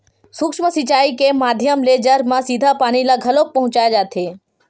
सूक्ष्म सिचई के माधियम ले जर म सीधा पानी ल घलोक पहुँचाय जाथे